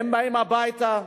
באים הביתה,